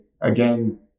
again